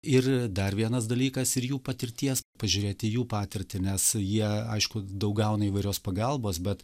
ir dar vienas dalykas ir jų patirties pažiūrėt į jų patirtį nes jie aišku daug gauna įvairios pagalbos bet